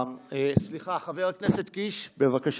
חבר הכנסת קיש, בבקשה.